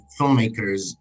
filmmakers